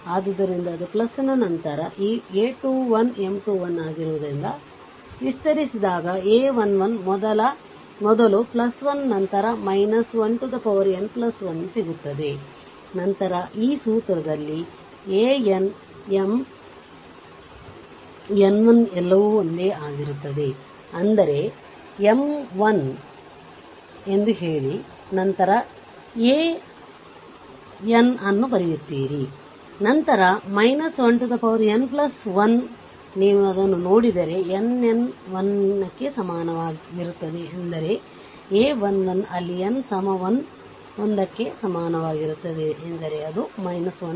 ಆದ್ದರಿಂದ ಅದು ನಂತರ a 2 1 M 2 1 ಆಗಿರುತ್ತದೆ ವಿಸ್ತರಿಸಿದಾಗ a 1 1 ಮೊದಲು 1 ನಂತರ 1n1 ಸಿಗುತ್ತದೆ ನಂತರ ಈ ಸೂತ್ರದಲ್ಲಿ an mn 1 ಎಲ್ಲವೂ ಒಂದೇ ಆಗಿರುತ್ತದೆ ಅಂದರೆ Mn 1 ಎಂದು ಹೇಳಿ ನಂತರ an 1ಅನ್ನು ಬರೆಯುತ್ತಿದ್ದೀರಿ ನಂತರ 1n1 ನೀವು ಅದನ್ನು ನೋಡಿದರೆ nn 1 ಕ್ಕೆ ಸಮನಾಗಿರುತ್ತದೆ ಎಂದರೆ a 1 1 ಅಲ್ಲಿ n 1 ಕ್ಕೆ ಸಮನಾಗಿರುತ್ತದೆ ಎಂದರೆ ಇದು 12 ಆಗಿದೆ